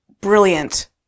Brilliant